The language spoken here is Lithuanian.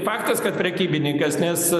faktas kad prekybininkas nes